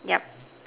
yep